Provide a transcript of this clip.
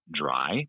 dry